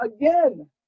again